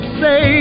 say